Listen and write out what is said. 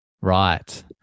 Right